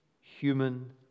human